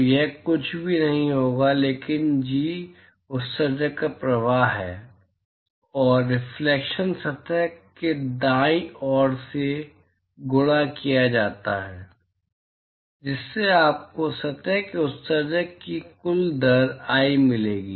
तो यह कुछ भी नहीं होगा लेकिन जी उत्सर्जन का प्रवाह है और रिफलेक्शन सतह के दाईं ओर से गुणा किया जाता है जिससे आपको सतह से उत्सर्जन की कुल दर i मिलेगी